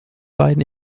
beiden